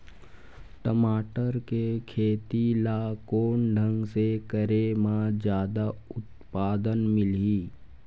टमाटर के खेती ला कोन ढंग से करे म जादा उत्पादन मिलही?